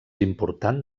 important